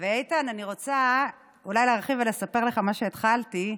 איתן, אני רוצה להרחיב ולספר לך מה שהתחלתי: